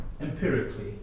empirically